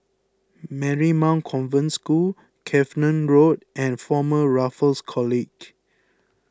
Marymount Convent School Cavenagh Road and Former Raffles College